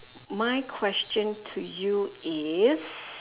my question to you is